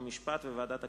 חוק ומשפט וועדת הכספים.